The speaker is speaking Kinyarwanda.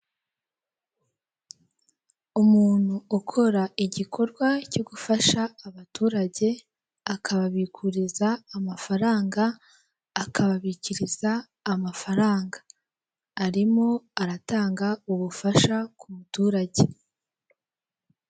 Umuntu ukora igikorwa cyo gufasha abaturage, akababikuriza amafaranga, akababikiriza mafaranga. Arimo aratanga ubufasha ku muturage.